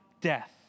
death